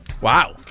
Wow